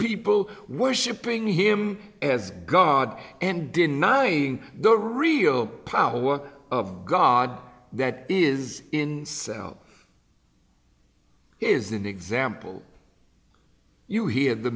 people worshipping him as god and denying the real power of god that is in sell is an example you hear the